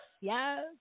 Yes